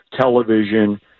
television –